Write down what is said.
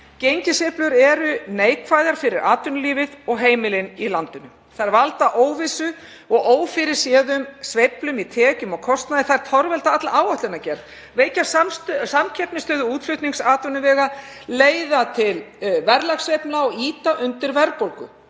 Gengissveiflur eru afar neikvæðar fyrir atvinnulífið og heimilin í landinu. Þær valda óvissu og ófyrirséðum sveiflum í tekjum og kostnaði. Þær torvelda alla áætlunargerð, veikja samkeppnisstöðu útflutningsatvinnuvega, leiða til verðlagssveiflna og ýta undir verðbólgu.